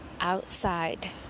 outside